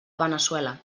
veneçuela